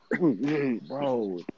bro